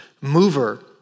mover